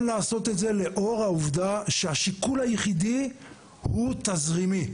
לעשות את זה לאור העובדה שהשיקול היחידי הוא תזרימי.